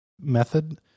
method